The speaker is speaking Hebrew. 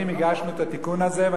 הגשנו את התיקון הזה בחוק המכרזים,